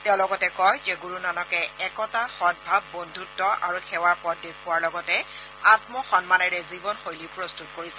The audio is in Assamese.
তেওঁ লগতে কয় যে গুৰুনানকে একতা সদভাৱ বন্ধুত্ব আৰু সেৱাৰ পথ দেখুওৱাৰ লগতে আত্মসন্মানেৰে জীৱন শৈলী প্ৰস্তত কৰিছিল